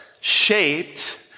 shaped